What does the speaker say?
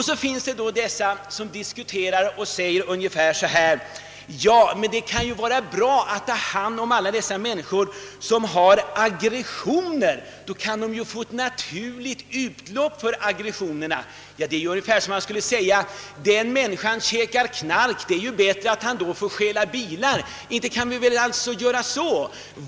Så finns det de som säger: Det är bra att boxningsföreningarna tar hand om alla som har aggressioner, så att de kan få ett naturligt utlopp för sina aggressioner. Det är ungefär som att säga att den som käkar knark borde stjäla bilar i stället. Inte kan vi resonera så!